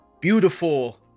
beautiful